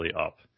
up